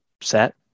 set